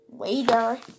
Later